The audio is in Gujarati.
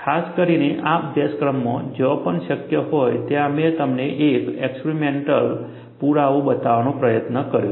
ખાસ કરીને આ અભ્યાસક્રમમાં જ્યાં પણ શક્ય હોય ત્યાં મેં તમને એક એક્સપરીમેન્ટલ પુરાવો બતાવવાનો પ્રયત્ન કર્યો છે